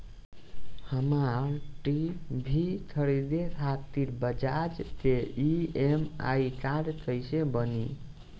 हमरा टी.वी खरीदे खातिर बज़ाज़ के ई.एम.आई कार्ड कईसे बनी?